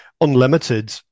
unlimited